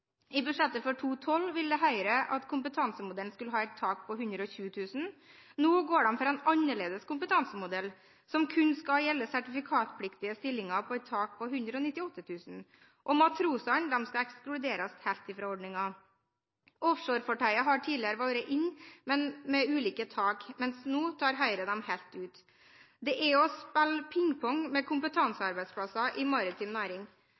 I budsjettet for 2012 ville Høyre at kompetansemodellen skulle ha et tak på 120 000 kr. Nå går de for en annerledes kompetansemodell, som kun skal gjelde sertifikatpliktige stillinger med et tak på 198 000 kr. Matrosene skal ekskluderes helt fra ordningen. Offshorefartøyer har tidligere vært inne, med ulike tak, mens Høyre nå tar dem helt ut. Det er å spille pingpong med kompetansearbeidsplasser i maritim næring.